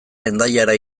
hendaiara